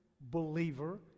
believer